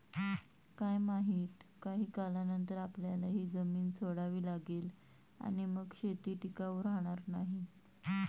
काय माहित, काही काळानंतर आपल्याला ही जमीन सोडावी लागेल आणि मग शेती टिकाऊ राहणार नाही